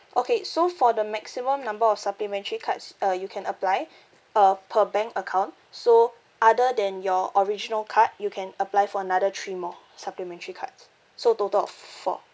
okay so for the maximum number of supplementary cards uh you can apply uh per bank account so other than your original card you can apply for another three more supplementary cards so total of f~ four